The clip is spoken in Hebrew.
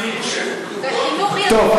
יהיה טוב.